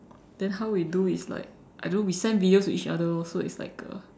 then how we do is like I don't know we send video to each other lor so it's like a